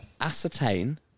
ascertain